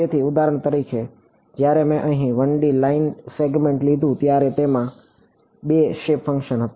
તેથી ઉદાહરણ તરીકે જ્યારે મેં અહીં 1D લાઇન સેગમેન્ટ લીધું ત્યારે તેમાં 2 શેપ ફંક્શન્સ હતા